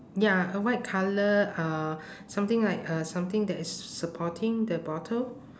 ya a white colour uh something like uh something that is supporting the bottle